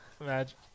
Imagine